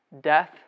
death